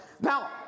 Now